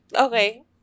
Okay